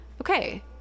okay